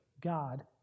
God